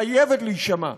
חייבת להישמע.